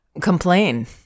complain